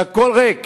והכול ריק,